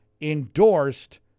endorsed